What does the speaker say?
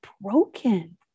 broken